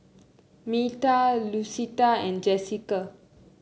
Meta Lucetta and Jessika